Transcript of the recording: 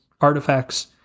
artifacts